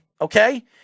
okay